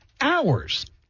hours